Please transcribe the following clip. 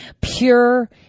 Pure